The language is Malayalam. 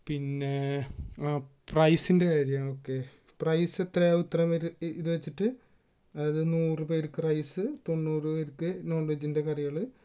പിന്നെ പ്രൈസിൻ്റെ കാര്യമൊക്കെ പ്രൈസ് എത്രയാകും ഇത്രപേരുടെ ഇത് വെച്ചിട്ട് അത് നൂറുപേർക്ക് റൈസ് തൊണ്ണൂറുപേർക്ക് നോൺവെജിൻ്റെ കറികള്